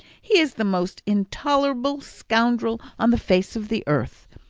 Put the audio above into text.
he is the most intolerable scoundrel on the face of the earth.